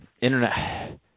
internet